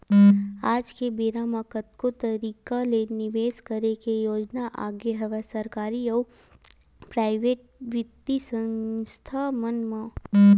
आज के बेरा म कतको तरिका ले निवेस करे के योजना आगे हवय सरकारी अउ पराइेवट बित्तीय संस्था मन म